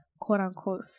quote-unquote